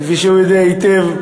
כפי שהוא יודע היטב,